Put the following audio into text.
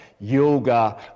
yoga